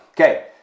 Okay